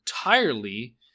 entirely